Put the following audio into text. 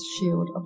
shield